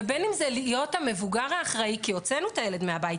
ובין אם זה להיות המבוגר האחראי כי הוצאנו את הילד מהבית,